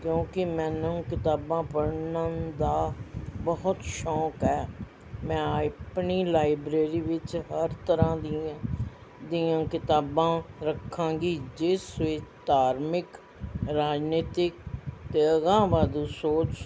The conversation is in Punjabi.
ਕਿਉਂਕਿ ਮੈਨੂੰ ਕਿਤਾਬਾਂ ਪੜ੍ਹਨ ਦਾ ਬਹੁਤ ਸ਼ੌਂਕ ਹੈ ਮੈਂ ਆਪਣੀ ਲਾਇਬ੍ਰੇਰੀ ਵਿੱਚ ਹਰ ਤਰ੍ਹਾਂ ਦੀ ਦੀਆਂ ਕਿਤਾਬਾਂ ਰੱਖਾਂਗੀ ਜਿਸ ਵਿੱਚ ਧਾਰਮਿਕ ਰਾਜਨੀਤਿਕ ਅਤੇ ਅਗਾਂਹਵਾਧੂ ਸੋਚ